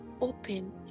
open